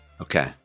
Okay